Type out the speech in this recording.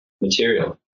material